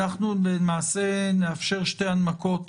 אנחנו נאפשר שתי הנמקות